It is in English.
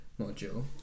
module